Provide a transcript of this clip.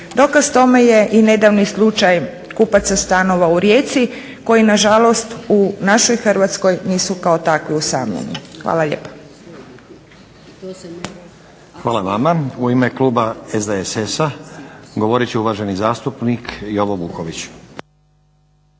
Dokaz tome je i nedavni slučaj kupaca stanova u Rijeci koji nažalost u našoj Hrvatskoj nisu kao takvi usamljeni. Hvala lijepa. **Stazić, Nenad (SDP)** Hvala vama. U ime kluba SDSS-a govorit će uvaženi zastupnik Jovo Vuković.